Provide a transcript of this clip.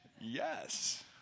Yes